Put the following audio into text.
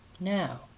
Now